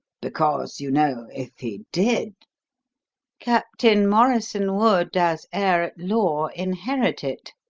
because, you know, if he did captain morrison would, as heir-at-law, inherit it,